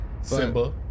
Simba